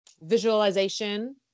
visualization